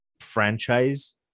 franchise